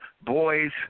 boys